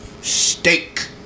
steak